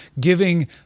giving